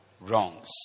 wrongs